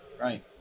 Right